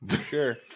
sure